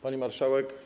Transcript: Pani Marszałek!